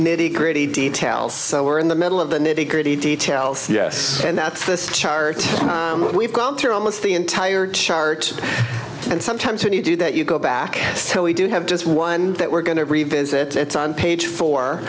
nitty gritty details so we're in the middle of the nitty gritty details yes and that's this chart we've gone through almost the entire chart and sometimes when you do that you go back so we do have just one that we're going to revisit it's on page four